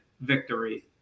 victory